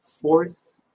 fourth